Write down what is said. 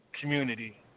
community